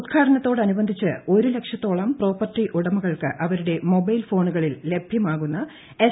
ഉദ്ഘാടനത്തോടനുബന്ധിച്ച് ഒരു ലക്ഷ്ത്തോളം പ്രോപ്പർട്ടി ഉടമകൾക്ക് അവരുടെ മൊബൈൽ ഫ്മോണുകളിൽ ലഭ്യമാകുന്ന എസ്